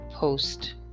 Post